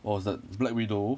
what was that black widow